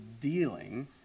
dealing